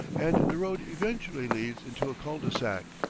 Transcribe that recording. and the road eventually leads into a cul-de-sac,